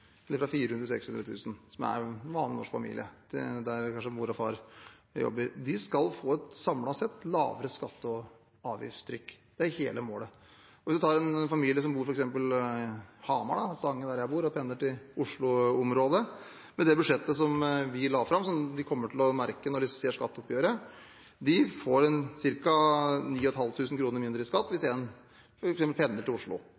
fra 400 000–600 000 kr, en vanlig norsk familie der kanskje mor og far jobber, skal få et samlet sett lavere skatte- og avgiftstrykk. Det er hele målet. Hvis man tar en familie som bor f.eks. i Stange, der jeg bor, og pendler til Oslo-området, kommer de til å merke i skatteoppgjøret at med det budsjettet vi la fram, får de